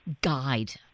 guide